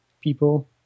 people